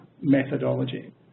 methodology